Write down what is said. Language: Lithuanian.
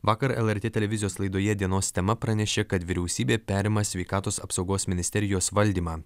vakar lrt televizijos laidoje dienos tema pranešė kad vyriausybė perima sveikatos apsaugos ministerijos valdymą